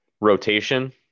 rotation